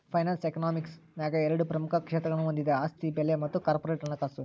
finance economics ನ್ಯಾಗ ಎರಡ ಪ್ರಮುಖ ಕ್ಷೇತ್ರಗಳನ್ನ ಹೊಂದೆದ ಆಸ್ತಿ ಬೆಲೆ ಮತ್ತ ಕಾರ್ಪೊರೇಟ್ ಹಣಕಾಸು